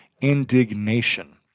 indignation